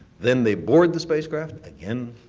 then they board the spacecraft, again,